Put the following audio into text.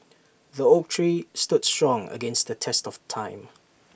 the oak tree stood strong against the test of time